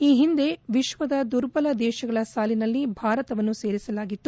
ಈ ಹಿಂದೆ ವಿಶ್ವದ ದುರ್ಬಲ ದೇಶಗಳ ಸಾಲಿನಲ್ಲಿ ಭಾರತವನ್ನು ಸೇರಿಸಲಾಗಿತ್ತು